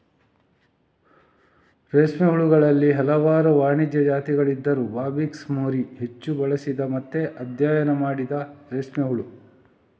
ರೇಷ್ಮೆ ಹುಳುಗಳಲ್ಲಿ ಹಲವಾರು ವಾಣಿಜ್ಯ ಜಾತಿಗಳಿದ್ದರೂ ಬಾಂಬಿಕ್ಸ್ ಮೋರಿ ಹೆಚ್ಚು ಬಳಸಿದ ಮತ್ತೆ ಅಧ್ಯಯನ ಮಾಡಿದ ರೇಷ್ಮೆ ಹುಳು